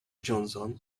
johnson